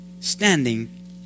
standing